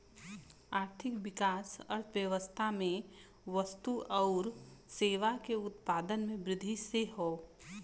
आर्थिक विकास अर्थव्यवस्था में वस्तु आउर सेवा के उत्पादन में वृद्धि से हौ